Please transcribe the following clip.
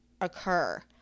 occur